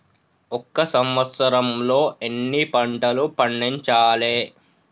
ఒక సంవత్సరంలో ఎన్ని పంటలు పండించాలే?